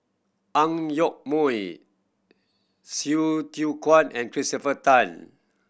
Ang Yoke Mooi Hsu Tse Kwang and Christopher Tan